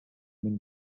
mynd